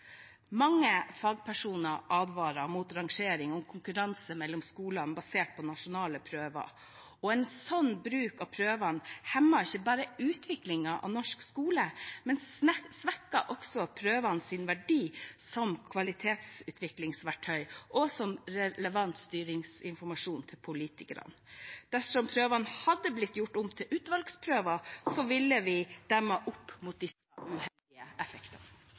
Mange fagpersoner advarer mot rangeringer og konkurranse mellom skoler basert på nasjonale prøver. En slik bruk av prøvene hemmer ikke bare utviklingen av norsk skole, men svekker også prøvenes verdi som kvalitetsutviklingsverktøy og som relevant styringsinformasjon til politikerne. Dersom prøvene hadde blitt gjort om til utvalgsprøver, ville vi demmet opp for disse svært uheldige